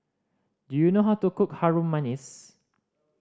do you know how to cook Harum Manis